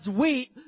wheat